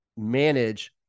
manage